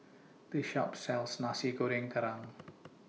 This Shop sells Nasi Goreng Kerang